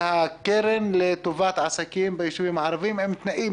מהקרן לטובת העסקים ביישובים הערביים עם תנאים